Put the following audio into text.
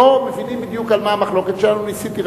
לא מבינים בדיוק על מה המחלוקת שלנו ניסיתי רק,